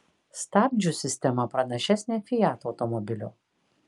stabdžių sistema pranašesnė fiat automobilio